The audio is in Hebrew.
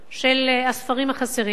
של הספרים החסרים.